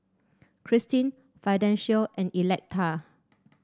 Kristine Fidencio and Electa